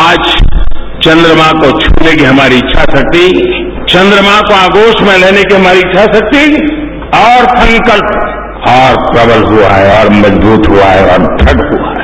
आज चन्द्रमा को घूने की हमारी इच्छा शक्ति चन्द्रमा को आगोश में लेने की हमारी इच्छा शाक्ति और संकल्प और प्रबल हुआ है और मजबूत हुआ है और दृढ़ हुआ है